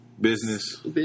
business